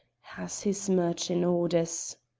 has his merchin' orders.